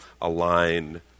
align